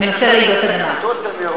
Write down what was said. בנושא רעידות אדמה,